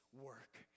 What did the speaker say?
work